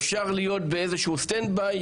אפשר להיות באיזשהו stand by,